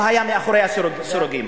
הוא היה מאחורי הסורגים.